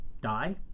die